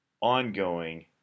ongoing